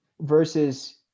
Versus